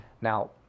Now